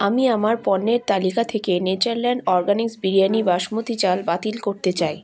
আমি আমার পণ্যের তালিকা থেকে নেচারল্যান্ড অরগ্যানিক্স বিরিয়ানি বাসমতি চাল বাতিল করতে চাই